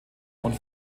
und